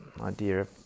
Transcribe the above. idea